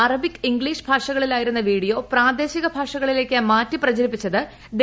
Arabic English ഭാഷകളിലായിരുന്ന video പ്രാദേശിക ഭാഷകളിലേക്ക് മാറ്റി പ്രചരിപ്പിക്കുകയും ചെയ്തത്